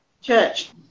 church